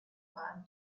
pine